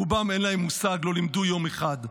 רובם, אין להם מושג, לא לימדו יום אחד.